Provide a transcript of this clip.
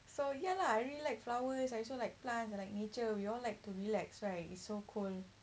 so ya lah I really like flowers I also like plant I like nature we all like to relax right it's so cool